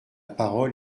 parole